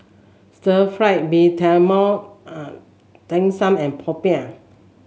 Stir Fry Mee Tai Mak Dim Sum and Popiah